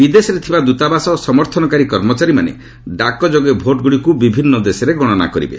ବିଦେଶରେ ଥିବା ଦୂତାବାସ ଓ ସମର୍ଥନକାରୀ କର୍ମଚାରୀମାନେ ଡାକ ଯୋଗେ ଭୋଟ୍ଗୁଡ଼ିକୁ ବିଭିନ୍ନ ଦେଶରେ ଗଣନା କରିବେ